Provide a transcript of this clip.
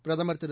பிரதமர் திரு